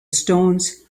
stones